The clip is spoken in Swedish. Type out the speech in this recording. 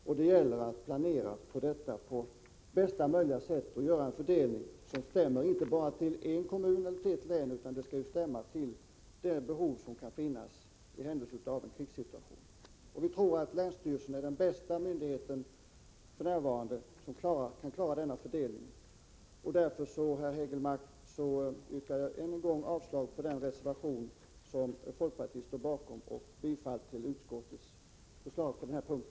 Man måste planera på bästa möjliga sätt och göra en fördelning som stämmer inte bara för en kommun och för ett län utan för hela det behov som kan föreligga i händelse av en krigssituation. Vi tror att länsstyrelsen är den myndighet som f.n. bäst kan klara en sådan fördelning. Därför, herr Hägelmark, yrkar jag än en gång avslag på den reservation som folkpartiet står bakom och bifall till utskottets förslag på denna punkt.